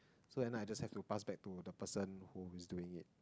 so end up I just have to pass back to the person who is doing it